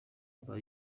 aba